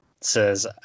says